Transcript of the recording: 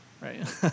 right